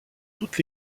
toutes